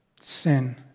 sin